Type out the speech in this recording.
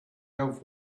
have